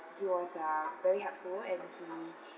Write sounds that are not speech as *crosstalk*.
he was uh very helpful and he *breath*